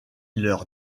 leur